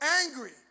angry